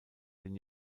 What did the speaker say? den